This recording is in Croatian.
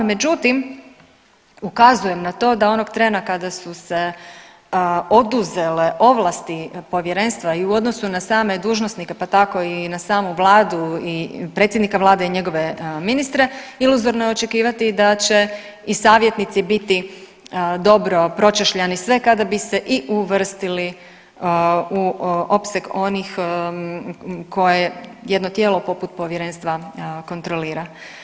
Međutim, ukazujem na to da onog trena kada su se oduzele ovlasti povjerenstva i u odnosu na same dužnosnike pa tako i na samu vladu i predsjednika vlade i njegove ministre iluzorno je očekivati da će i savjetnici biti dobro pročešljani i sve kada bi se i uvrstili u opseg onih koje jedno tijelo poput povjerenstva kontrolira.